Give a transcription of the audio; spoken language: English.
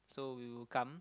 so we'll come